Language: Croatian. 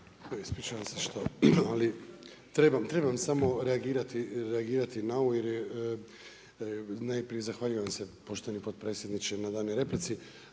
ispričavam se što, ali trebam, trebam samo reagirati na ovo jer je, najprije zahvaljujem se poštovani potpredsjedniče na danoj replici.